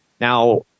Now